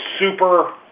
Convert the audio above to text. Super